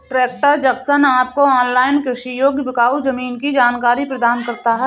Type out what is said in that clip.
tractor Junction आपको online कृषि योग्य बिकाऊ जमीन की जानकारी प्रदान करता है